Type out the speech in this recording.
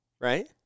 right